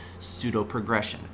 pseudoprogression